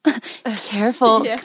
careful